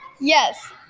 Yes